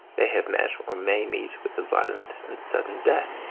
they have met, or may meet, with a violent and sudden death.